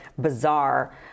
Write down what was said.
bizarre